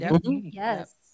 Yes